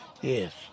Yes